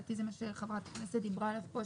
שלדעתי זה מה שחברת הכנסת דיברה עליו פה,